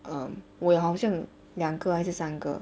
um 我有好像两个还是三个